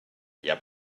allà